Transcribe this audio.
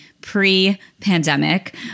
pre-pandemic